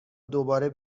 دوباره